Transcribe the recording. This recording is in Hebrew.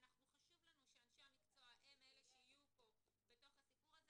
חשוב לנו שאנשי המקצוע הם אלה שיהיו פה בתוך הסיפור הזה